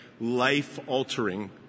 life-altering